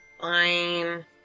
Fine